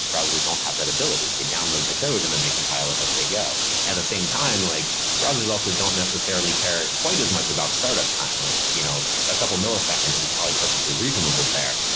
browsers don't have that ability. they download the code and then they compile it as they go. at the same time, like browsers also don't necessarily care quite as much about startup time. like you know a couple milliseconds is probably perfectly reasonable there.